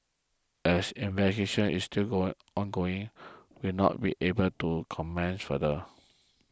as investigation is still ongoing we will not be able to comment further